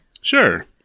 Sure